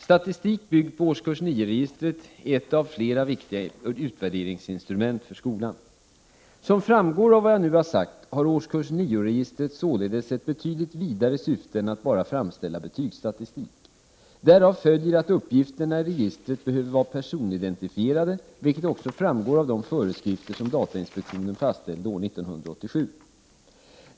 Statistik byggd på årskurs 9-registret är ett av flera viktiga utvärderingsinstrument för skolan. Som framgår av vad jag nu har sagt har årskurs 9-registret således ett betydligt vidare syfte än att bara framställa betygsstatistik. Därav följer att uppgifterna i registret behöver vara personidentifierade, vilket också framgår av de föreskrifter som datainspektionen fastställde år 1987.